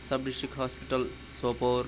sub district hospital Sopore